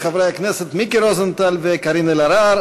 של חברי הכנסת מיקי רוזנטל וקארין אלהרר.